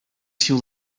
too